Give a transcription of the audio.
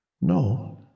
no